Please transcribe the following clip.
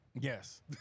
Yes